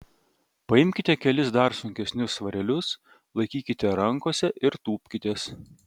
paimkite kelis dar sunkesnius svarelius laikykite rankose ir tūpkitės